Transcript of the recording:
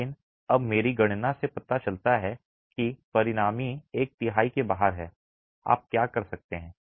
लेकिन अब मेरी गणना से पता चलता है कि परिणामी एक तिहाई के बाहर है आप क्या कर सकते हैं